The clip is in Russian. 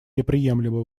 неприемлемо